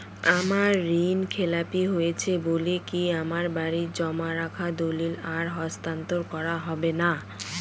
আমার ঋণ খেলাপি হয়েছে বলে কি আমার বাড়ির জমা রাখা দলিল আর হস্তান্তর করা হবে না?